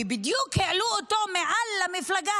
בדיוק העלו אותו כך שיהיה מעל המפלגה